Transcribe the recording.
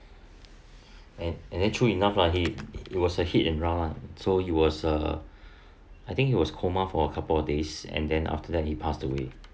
and and then true enough lah he it was a hit and run lah so he was uh I think he was coma for a couple of days and then after that he passed away